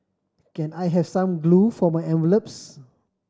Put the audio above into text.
can I have some glue for my envelopes